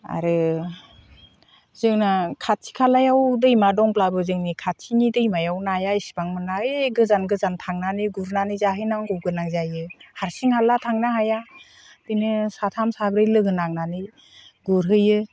आरो जोंना खाथि खालायाव दैमा दंब्लाबो जोंनि खाथिनि दैमायाव नाया इसेबां मोना ओइ गोजान गोजान थांनानै गुरनानै जाहैनांगौ गोनां जायो हारसिं हाला थांनो हाया बिदिनो साथाम साब्रै लोगो नांनानै गुरहैयो